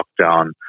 lockdown